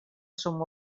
som